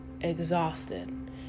exhausted